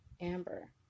Amber